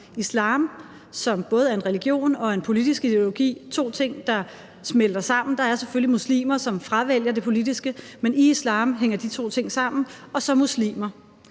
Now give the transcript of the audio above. Islam er både en religion og en politisk ideologi; det er to ting, der smelter sammen. Der er selvfølgelig de muslimer, som fravælger det politiske – men i islam hænger de to ting sammen – og så muslimer.